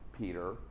Peter